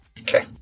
Okay